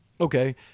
okay